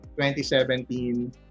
2017